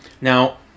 Now